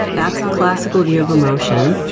that's the classical view of emotion.